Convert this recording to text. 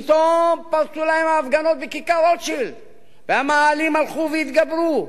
פתאום פרצו להן ההפגנות בשדרות-רוטשילד והמאהלים הלכו ורבו,